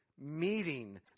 Meeting